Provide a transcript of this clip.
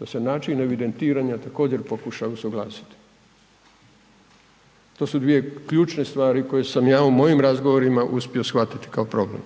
da se način evidentiranja, također pokušava usuglasiti. To su dvije ključne stvari, koje sam ja u mojom razgovorima uspio shvatiti kao problem.